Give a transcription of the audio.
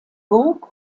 burg